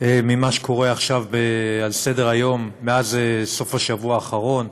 ממה שקורה עכשיו על סדר-היום מאז סוף השבוע האחרון,